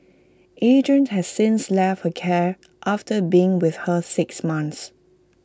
Adrian has since left her care after being with her six months